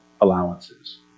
allowances